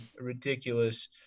ridiculous